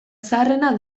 zaharrena